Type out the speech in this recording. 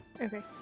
Okay